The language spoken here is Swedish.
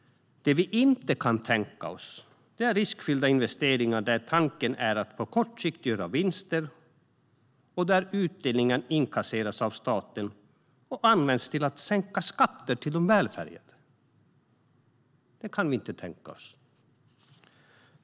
Det som vi inte kan tänka oss är riskfyllda investeringar där tanken är att på kort sikt göra vinster och där utdelningen som inkasseras av staten används till att sänka skatter för de välbärgade. Det kan vi inte tänka oss.